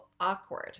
Awkward